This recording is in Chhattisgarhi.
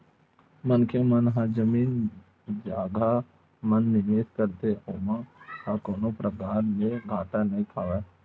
मनखे मन ह जमीन जघा म निवेस करथे ओमन ह कोनो परकार ले घाटा नइ खावय